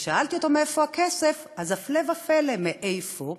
וכששאלתי אותו מאיפה הכסף, אז הפלא ופלא, מאיפה?